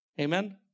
Amen